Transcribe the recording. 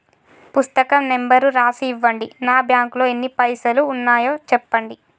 పుస్తకం నెంబరు రాసి ఇవ్వండి? నా బ్యాంకు లో ఎన్ని పైసలు ఉన్నాయో చెప్పండి?